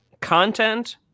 content